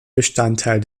bestandteil